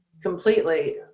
completely